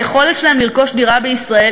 היכולת שלהם לרכוש דירה בישראל,